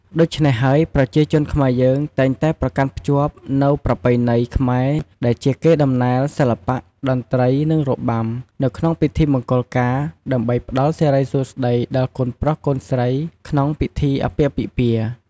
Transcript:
ដូច្នេះហើយប្រជាជនខ្មែរយើងតែងតែប្រកាន់ភ្ជាប់នូវប្រពៃណីខ្មែរដែលជាកេរ្ដិ៍ដំណែល សិល្បៈ តន្រ្ដីនិងរបាំនៅក្នងពិធីមង្គលការ ដើម្បីផ្តល់សិរីសួស្ដីដល់កូនប្រុសកូនស្រីក្នុងពិធីអាពាហ៍ពិពាហ៍។